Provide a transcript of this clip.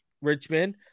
Richmond